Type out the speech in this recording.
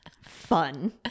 Fun